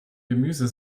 gemüse